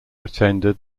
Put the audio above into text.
attended